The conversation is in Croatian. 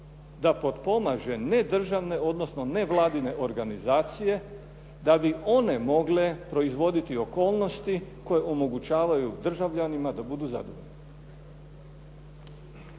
da potpomaže ne državne, odnosno ne vladine organizacije da bi one mogle proizvoditi okolnosti koje omogućavaju državljanima da budu zadovoljni.